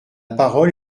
parole